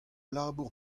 labour